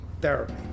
therapy